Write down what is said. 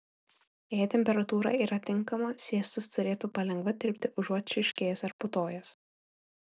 jei temperatūra yra tinkama sviestas turėtų palengva tirpti užuot čirškėjęs ar putojęs